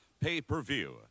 pay-per-view